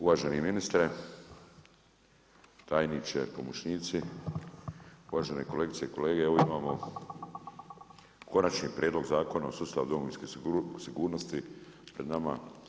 Uvaženi ministre, tajniče, pomoćnici, uvažene kolegice i kolege, evo imamo Konačni prijedlog Zakona o sustavu domovinske sigurnosti pred nama.